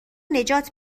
نجات